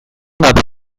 gabe